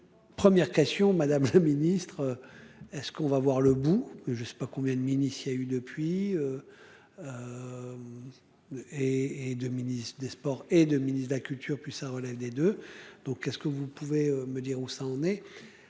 Première question, madame le ministre. Est-ce qu'on va voir le bout, je sais pas combien de a eu depuis. Et et de ministre des Sports et de ministre de la Culture plus ça relève des deux. Donc qu'est-ce que vous pouvez me dire où ça en est.